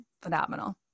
phenomenal